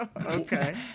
okay